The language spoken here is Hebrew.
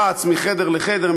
רץ מחדר לחדר,